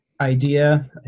idea